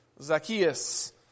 Zacchaeus